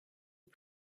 est